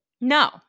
No